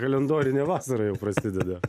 kalendorinė vasara jau prasideda